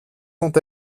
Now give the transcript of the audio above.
sont